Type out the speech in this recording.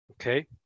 Okay